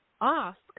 ask